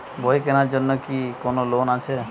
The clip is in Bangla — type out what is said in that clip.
বই কেনার জন্য কি কোন লোন আছে?